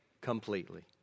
completely